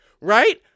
right